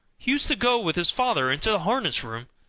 he used to go with his father into the harness-room,